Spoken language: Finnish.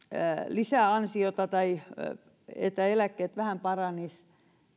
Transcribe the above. lisäansiota tai eläkkeet vähän paranisivat